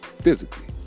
Physically